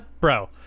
bro